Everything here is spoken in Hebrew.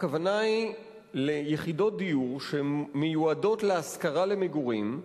הכוונה ליחידות דיור שמיועדות להשכרה למגורים,